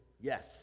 yes